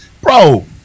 Bro